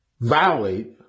violate